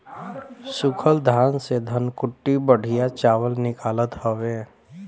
सूखल धान से धनकुट्टी बढ़िया चावल निकालत हवे